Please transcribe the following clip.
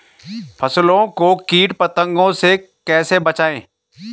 फसल को कीट पतंगों से कैसे बचाएं?